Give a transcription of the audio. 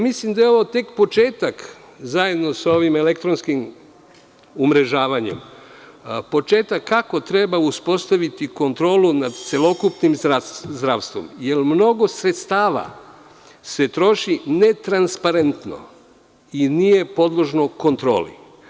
Mislim da je ovo tek početak, zajedno sa ovim elektronskim umrežavanjem, početak kako treba uspostaviti kontrolu nad celokupnim zdravstvom, jer mnogo sredstava se troši netransparentno i nije podložno kontroli.